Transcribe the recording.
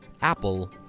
Apple